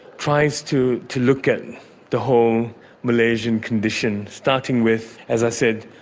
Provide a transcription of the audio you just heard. tries to to look at the whole malaysian condition, starting with, as i said,